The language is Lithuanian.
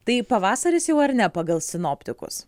tai pavasaris jau ar ne pagal sinoptikus